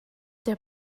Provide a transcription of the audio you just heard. der